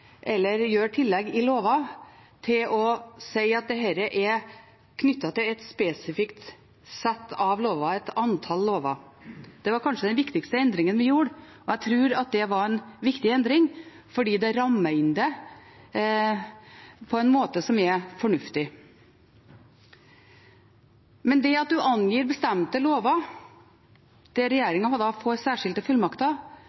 eller gjøre tillegg i lover til å si at dette er knyttet til et spesifikt sett av lover, et antall lover. Det var kanskje den viktigste endringen vi gjorde, og jeg tror det var en viktig endring fordi den rammer det inn på en måte som er fornuftig. Men det at en angir bestemte lover, der